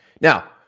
Now